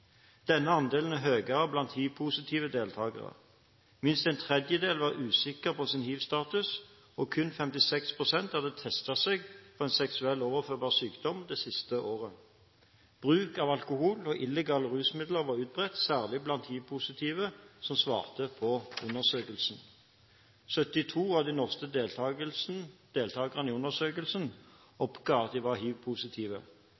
Denne andelen er høyere blant hivpositive deltakere. Minst en tredjedel var usikker på sin hivstatus, og kun 56 pst. hadde testet seg for en seksuelt overførbar sykdom det siste året. Bruk av alkohol og illegale rusmidler var utbredt, særlig blant hivpositive som svarte på undersøkelsen. 72 av de norske deltakerne i undersøkelsen